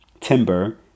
timber